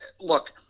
Look